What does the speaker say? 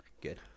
Good